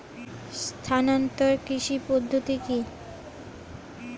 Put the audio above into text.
স্থানান্তর কৃষি পদ্ধতি কি?